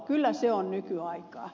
kyllä se on nykyaikaa